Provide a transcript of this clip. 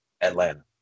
Atlanta